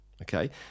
Okay